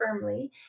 firmly